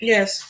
Yes